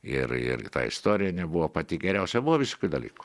ir ir ta istorija nebuvo pati geriausia buvo visokių dalykų